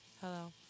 Hello